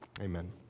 Amen